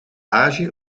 azië